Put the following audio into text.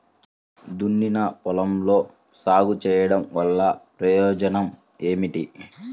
దున్నిన పొలంలో సాగు చేయడం వల్ల ప్రయోజనం ఏమిటి?